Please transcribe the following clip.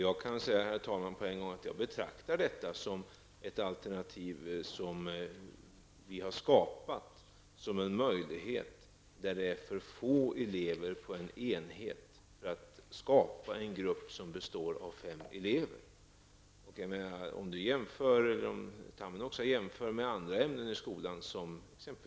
Herr talman! Jag betraktar detta som ett alternativ som vi har tillskapat för att ge en möjlighet att ordna hemspråksundervisning när antalet elever på en skolenhet är för litet. Detta alternativ ger alltså möjligheter i vissa fall att få till stånd en grupp som består av fem elever.